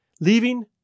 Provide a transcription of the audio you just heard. leaving